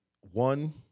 one